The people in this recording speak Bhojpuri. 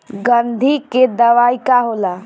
गंधी के दवाई का होला?